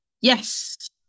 Yes